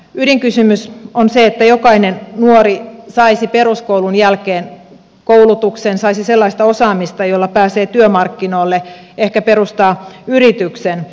ydinkysymys on se että jokainen nuori saisi peruskoulun jälkeen koulutuksen saisi sellaista osaamista jolla pääsee työmarkkinoille ehkä perustaa yrityksen